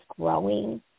growing